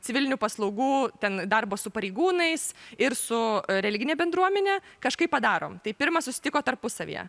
civilinių paslaugų ten darbo su pareigūnais ir su religine bendruomene kažkaip padarom tai pirma susitiko tarpusavyje